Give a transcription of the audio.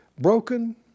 broken